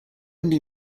only